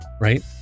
Right